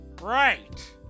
right